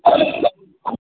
बोलैयै हँ